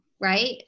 right